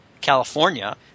California